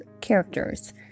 characters